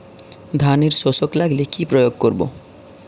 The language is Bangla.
ধানের শোষক লাগলে কি প্রয়োগ করব?